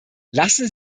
lassen